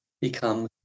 become